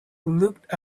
looked